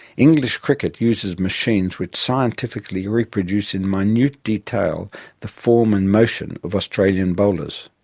english cricket uses machines which scientifically reproduce in minute detail the form and motion of australian bowlers.